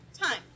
time